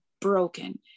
broken